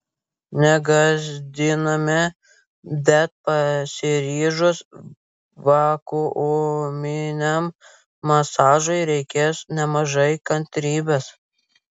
negąsdiname bet pasiryžus vakuuminiam masažui reikės nemažai kantrybės